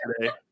today